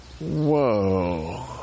whoa